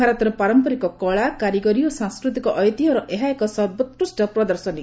ଭାରତର ପାରମ୍ପରିକ କଳା କାରିଗରି ଓ ସାଂସ୍କୃତିକ ଐତିହ୍ୟର ଏହା ଏକ ସର୍ବୋକ୍ରିଷ୍ଟ ପ୍ରଦର୍ଶନୀ